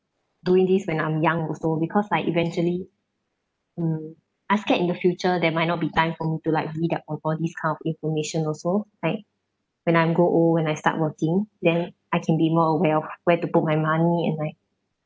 doing this when I'm young also because like eventually mm I scared in the future there might not be time for me to like read up on all this kind of information also like when I'm grow old when I start working then I can be more aware of where to put my money and like